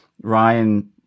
Ryan